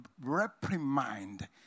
reprimand